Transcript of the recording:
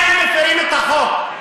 אתם מפירים את החוק.